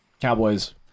Cowboys